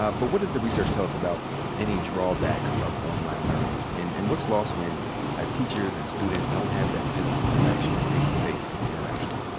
ah but what does the research tell us about any drawbacks of online learning? and and what's lost when ah teachers and students don't have that physical interaction, that face-to-face interaction?